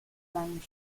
langen